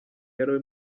yari